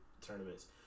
tournaments